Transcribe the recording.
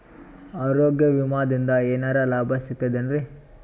ಆರೋಗ್ಯ ವಿಮಾದಿಂದ ಏನರ್ ಲಾಭ ಸಿಗತದೇನ್ರಿ?